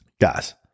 Guys